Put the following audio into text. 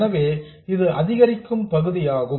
எனவே இது அதிகரிக்கும் பகுதியாகும்